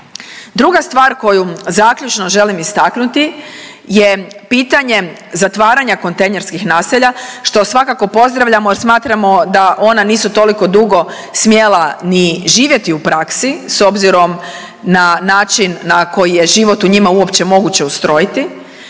Druga stvar koju zaključno želim istaknuti je pitanje zatvaranja kontejnerskih naselja što svakako pozdravljamo jer smatramo da ona nisu toliko dugo smjela ni živjeti u praksi s obzirom na način na koji je život u njima uopće moguće ustrojiti